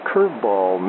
Curveball